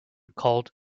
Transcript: called